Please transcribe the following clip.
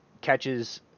catches